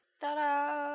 Ta-da